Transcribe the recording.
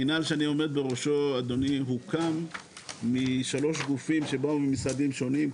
המנהל שאני עומד בראשו הוקם משלוש גופים שבאו ממשרדים שונים,